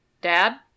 Dad